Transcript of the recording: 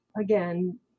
again